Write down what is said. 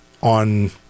on